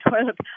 toilet